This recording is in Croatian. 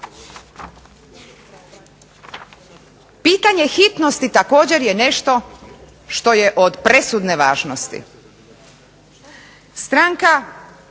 Pitanje hitnosti također je nešto što je od presudne važnosti.